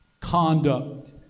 conduct